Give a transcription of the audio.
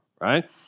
right